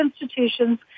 institutions